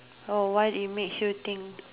oh why it makes you think